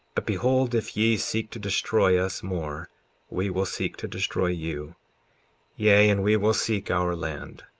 but behold, if ye seek to destroy us more we will seek to destroy you yea, and we will seek our land,